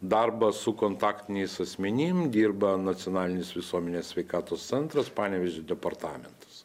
darbą su kontaktiniais asmenim dirba nacionalinis visuomenės sveikatos centras panevėžio departamentas